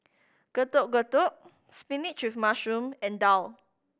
Getuk Getuk spinach with mushroom and daal